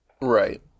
Right